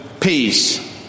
peace